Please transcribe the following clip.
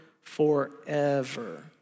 forever